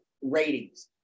ratings